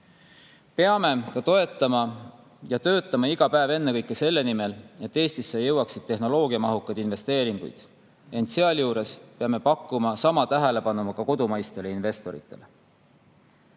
ümber. Peame töötama iga päev ennekõike selle nimel, et Eestisse jõuaksid tehnoloogiamahukad investeeringud. Ent sealjuures peame pakkuma sama tähelepanu ka kodumaistele investoritele.